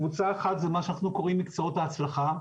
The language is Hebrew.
קבוצה אחת זה מה שאנחנו קוראים מקצועות ההצלחה,